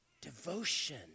devotion